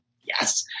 Yes